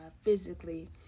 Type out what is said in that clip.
physically